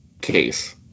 case